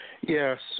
Yes